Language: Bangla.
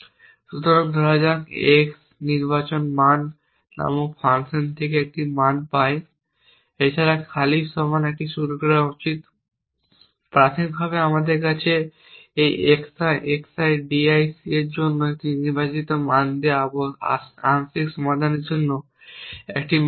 সুতরাং ধরা যাক x নির্বাচন মান নামক একটি ফাংশন থেকে একটি মান পায় I এছাড়াও খালির সমান একটি শুরু করা উচিত প্রাথমিকভাবে আমার কাছে এই x i x i d i c এর জন্য একটি নির্বাচিত মান দেওয়া আংশিক সমাধানের জন্য একটি মান নেই